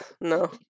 no